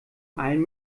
allem